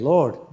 Lord